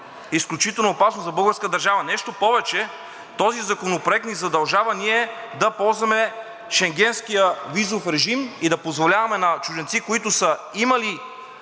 изключително опасно за българската държава. Нещо повече, този законопроект ни задължава ние да ползваме Шенгенския визов режим и да позволяваме на чужденци, които са имали